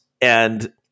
And-